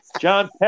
John